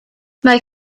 mae